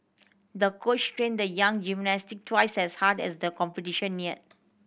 the coach trained the young gymnast twice as hard as the competition neared